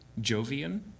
Jovian